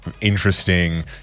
interesting